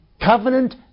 covenant